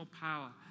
power